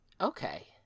okay